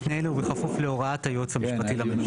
'אחד משני אלה ובכפוף להוראת היועץ המשפטי לממשלה'.